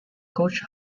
coach